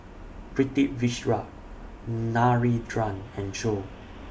Pritiviraj Narendra and Choor